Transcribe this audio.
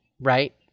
Right